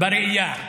בראייה.